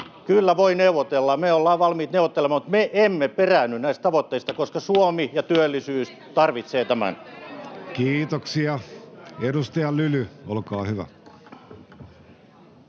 Kyllä voi neuvotella. Me ollaan valmiit neuvottelemaan, mutta me emme peräänny näistä tavoitteista, koska Suomi ja työllisyys tarvitsevat tämän. Kiitoksia. — Edustaja Lyly, olkaa hyvä.